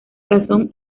razón